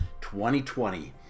2020